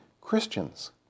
Christians